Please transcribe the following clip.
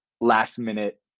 last-minute